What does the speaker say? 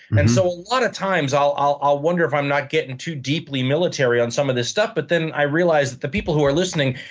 and so a lot of times i'll i'll wonder if i'm not getting too deeply military on some of this stuff but then i realize that the people who are listening,